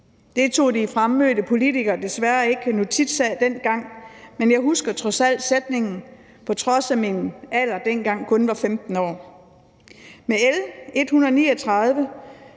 Det tog de fremmødte politikere desværre ikke notits af dengang, men jeg husker trods alt sætningen, på trods af at min alder dengang kun var 15 år. Med L 139